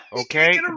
Okay